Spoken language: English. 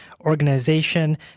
organization